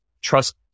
trust